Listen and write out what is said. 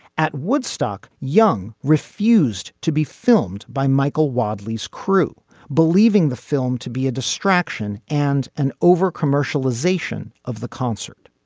at woodstock. young refused to be filmed by michael wadley crew believing the film to be a distraction and an over commercialization of the concert.